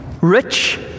rich